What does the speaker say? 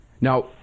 Now